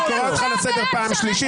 אני קורא אותך לסדר פעם שלישית.